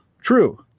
True